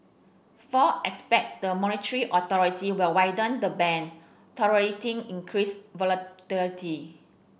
four expect the monetary authority will widen the band tolerating increased volatility